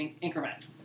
Increment